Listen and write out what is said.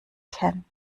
ken